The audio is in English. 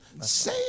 Say